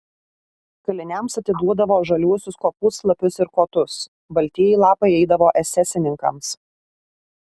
kaliniams atiduodavo žaliuosius kopūstlapius ir kotus baltieji lapai eidavo esesininkams